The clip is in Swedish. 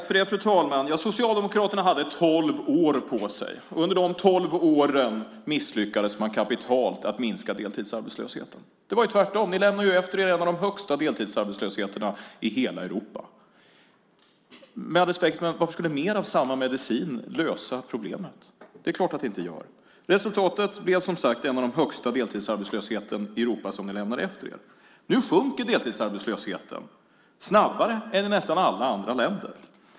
Fru talman! Socialdemokraterna hade tolv år på sig. Under de tolv åren misslyckades man kapitalt att minska deltidsarbetslösheten. Det var tvärtom. Ni lämnade efter er en av de högsta deltidsarbetslösheterna i hela Europa. Med all respekt: Varför skulle mer av samma medicin lösa problemen? Det är klart att det inte gör. Resultatet blev som sagt att ni lämnade efter er en av de högsta deltidsarbetslösheterna i Europa. Nu sjunker deltidsarbetslösheten snabbare än i nästan alla andra länder.